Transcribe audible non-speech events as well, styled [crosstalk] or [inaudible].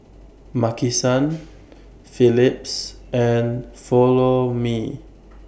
Maki San [noise] Phillips and Follow Me